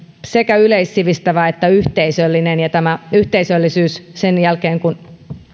sekä yleissivistävä että yhteisöllinen ja tämä yhteisöllisyys sen jälkeen kun